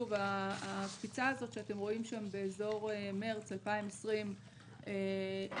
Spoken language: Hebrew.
הקפיצה הזאת שאתם רואים באזור מרס 2020 היא